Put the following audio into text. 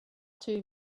too